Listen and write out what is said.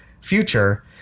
future